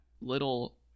little